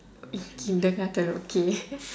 kindergarten okay